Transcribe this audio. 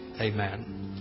amen